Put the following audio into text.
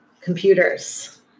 computers